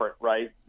right